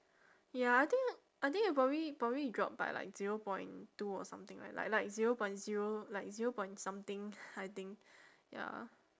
ya I think I think it probably probably drop by like zero point two or something like like zero point zero like zero point something I think ya